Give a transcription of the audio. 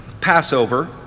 Passover